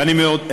ואני מאוד,